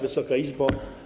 Wysoka Izbo!